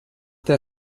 der